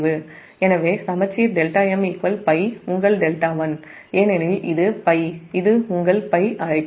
எனவே சமச்சீர் δm π உங்கள் δ1 ஏனெனில் இது π உங்கள் அழைப்பு